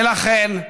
ולכן,